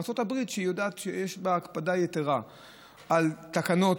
ארצות הברית, שידוע שיש בה הקפדה יתרה על התקנות,